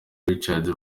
richards